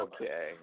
Okay